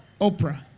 Oprah